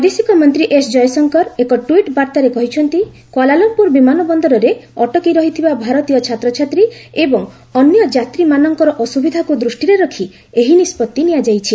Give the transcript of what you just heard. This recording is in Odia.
ବୈଦେଶିକ ମନ୍ତ୍ରୀ ଏସ୍ ଜୟଶଙ୍କର ଏକ ଟ୍ୱିଟ୍ ବାର୍ତ୍ତାରେ କହିଛନ୍ତି କୁଆଲା ଲୁମ୍ପୁର ବିମାନ ବନ୍ଦରରେ ଅଟକି ରହିଥିବା ଭାରତୀୟ ଛାତ୍ରଛାତ୍ରୀ ଏବଂ ଅନ୍ୟ ଯାତ୍ରୀମାନଙ୍କର ଅସ୍ରବିଧାକୁ ଦୃଷ୍ଟିରେ ରଖି ଏହି ନିଷ୍ପଭି ନିଆଯାଇଛି